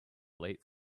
late